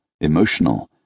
emotional